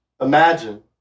Imagine